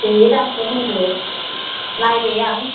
दे दामखौ होनदो नायबाय आं